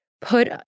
put